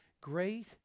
Great